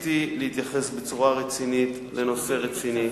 ניסיתי להתייחס בצורה רצינית לנושא רציני.